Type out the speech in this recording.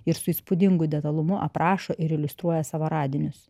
ir su įspūdingu detalumu aprašo ir iliustruoja savo radinius